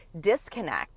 disconnect